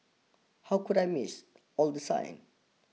how could I missed all the signs